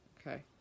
Okay